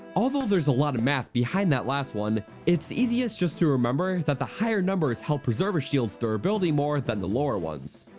although there's a lot of math behind the last one, its easiest just to remember that the higher numbers help preserve a shield's durability more than the lower ones.